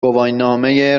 گواهینامه